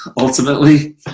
ultimately